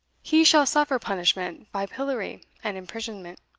he shall suffer punishment by pillory and imprisonment,